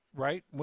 Right